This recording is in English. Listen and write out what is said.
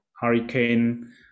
hurricane